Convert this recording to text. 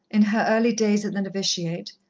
in her early days at the novitiate,